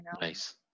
Nice